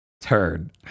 turn